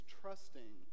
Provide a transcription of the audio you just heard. trusting